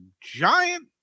giant